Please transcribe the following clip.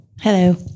Hello